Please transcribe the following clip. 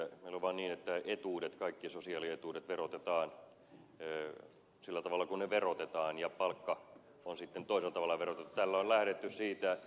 meillä on vaan niin että kaikki sosiaalietuudet verotetaan sillä tavalla kuin ne verotetaan ja palkka on sitten toisella tavalla verotettu